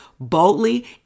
boldly